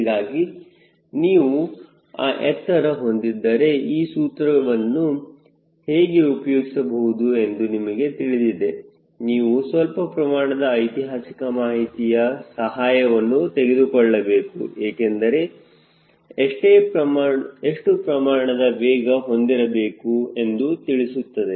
ಹೀಗಾಗಿ ನೀವು ಆ ಎತ್ತರ ಹೊಂದಿದ್ದರೆ ಈ ಸೂತ್ರವನ್ನು ಹೇಗೆ ಉಪಯೋಗಿಸಬಹುದು ಎಂದು ನಿಮಗೆ ತಿಳಿದಿದೆ ನೀವು ಸ್ವಲ್ಪ ಪ್ರಮಾಣದ ಐತಿಹಾಸಿಕ ಮಾಹಿತಿಯ ಸಹಾಯವನ್ನು ತೆಗೆದುಕೊಳ್ಳಬೇಕು ಏಕೆಂದರೆ ಎಷ್ಟು ಪ್ರಮಾಣದ ವೇಗ ಹೊಂದಿರಬೇಕು ಎಂದು ತಿಳಿಸುತ್ತದೆ